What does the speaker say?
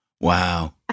Wow